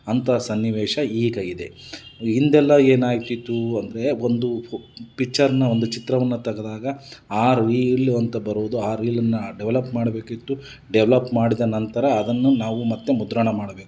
ಅಂತ ಸನ್ನಿವೇಶ ಈಗ ಇದೆ ಹಿಂದೆಲ್ಲ ಏನಾಗ್ತಿತ್ತು ಅಂದರೆ ಒಂದು ಪಿಕ್ಚರನ್ನ ಒಂದು ಚಿತ್ರವನ್ನು ತೆಗೆದಾಗ ಆ ರೀಲು ಅಂತ ಬರೋದು ಆ ರೀಲನ್ನು ಡೆವೆಲಪ್ ಮಾಡಬೇಕಿತ್ತು ಡೆವೆಲಪ್ ಮಾಡಿದ ನಂತರ ಅದನ್ನು ನಾವು ಮತ್ತೆ ಮುದ್ರಣ ಮಾಡಬೇಕು